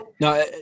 No